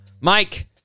Mike